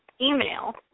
email